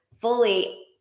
fully